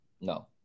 No